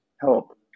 help